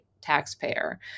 taxpayer